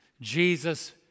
Jesus